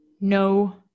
no